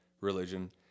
religion